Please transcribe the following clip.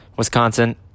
Wisconsin